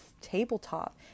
tabletop